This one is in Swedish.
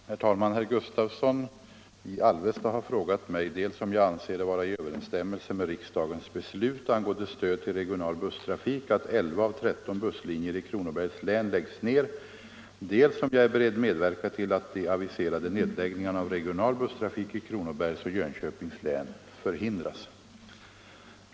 Herr talman! Herr Gustavsson i Alvesta har frågat mig dels om jag anser det vara i överensstämmelse med riksdagens beslut angående stöd till regional busstrafik att 11 av 13 busslinjer i Kronobergs län läggs ner, dels om jag är beredd medverka till att de aviserade nedläggningarna av regional busstrafik i Kronobergs och Jönköpings län förhindras.